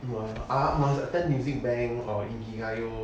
!wah! ah I must attend music band or in higigaiyo